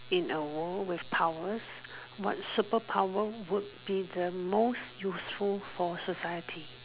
in a world with powers what super power would be the most useful for society